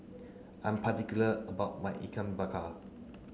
I am particular about my Ikan Bakar